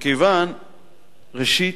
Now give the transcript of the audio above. ראשית,